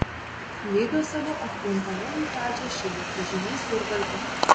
lyga savo atkrintamųjų pradžią šiemet pažymės jurbarke